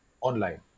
online